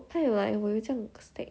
还有 like 我有这样 stack